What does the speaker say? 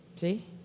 See